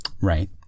Right